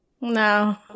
No